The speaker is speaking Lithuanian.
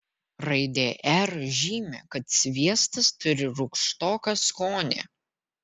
raidė r žymi kad sviestas turi rūgštoką skonį